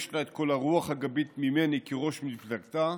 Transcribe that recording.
יש לה את כל הרוח הגבית ממני כראש מפלגתה,